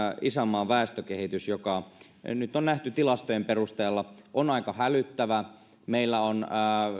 isänmaan väestökehitys joka on kuten nyt on nähty tilastojen perusteella aika hälyttävä meillä on